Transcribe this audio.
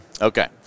Okay